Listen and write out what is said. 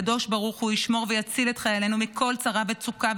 הקדוש ברוך הוא ישמר ויציל את חיילינו מכל צרה וצוקה,